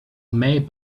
made